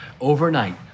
overnight